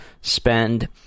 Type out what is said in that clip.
spend